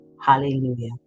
Hallelujah